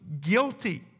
guilty